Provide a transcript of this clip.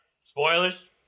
Spoilers